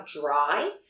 dry